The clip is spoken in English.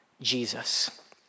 Jesus